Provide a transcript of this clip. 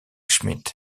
schmidt